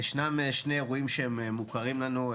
ישנם שני אירועים שמוכרים לנו.